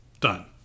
done